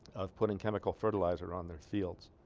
of putting chemical fertilizer on their fields